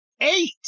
Eight